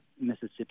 Mississippi